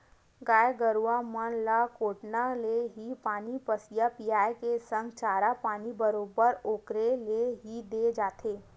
गाय गरु मन ल कोटना ले ही पानी पसिया पायए के संग चारा पानी बरोबर ओखरे ले ही देय जाथे